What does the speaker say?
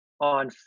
on